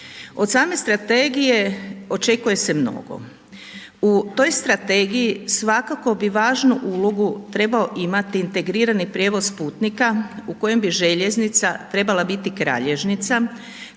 Od same strategije očekuje se mnogo. U toj strategiji svakako bi važnu ulogu trebao imati integrirani prijevoz putnika u kojem bi željeznica trebala biti kralješnica,